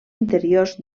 interiors